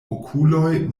okuloj